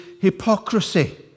hypocrisy